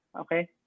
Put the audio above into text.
okay